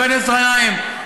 חבר הכנסת גנאים,